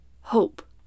hope